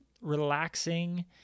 relaxing